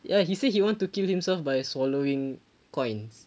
ya he say he want to kill himself by swallowing coins